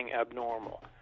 abnormal